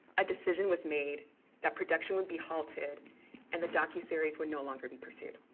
a decision was made that production would be halted and the docu series would no longer be pursued.